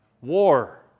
War